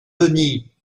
denis